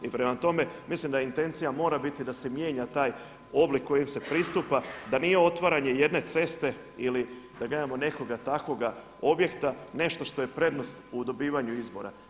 I prema tome, mislim da je intencija mora biti da se mijenja taj oblik kojim se pristupa da nije otvaranje jedne ceste ili da nemamo nekoga takvoga objekta nešto što je prednost u dobivanju izbora.